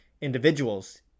individuals